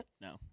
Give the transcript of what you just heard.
No